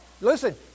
Listen